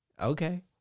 Okay